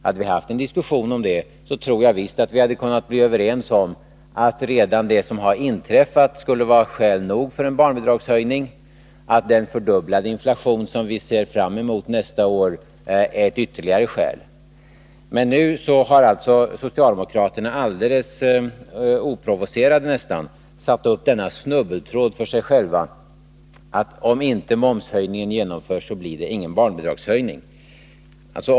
Hade vi haft en diskussion om det tror jag visst att vi hade kunnat bli överens om att redan det som har inträffat skulle vara skäl nog för en barnbidragshöjning och att den fördubblade inflation som vi ser fram emot nästa år är ett ytterligare skäl. Men nu har alltså socialdemokraterna, nästan helt oprovocerat, satt upp denna snubbeltråd för sig själva, genom att säga att om momshöjningen inte genomförs så blir det ingen barnbidragshöjning.